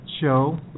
show